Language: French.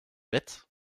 bête